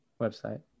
website